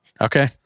Okay